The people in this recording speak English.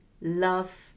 love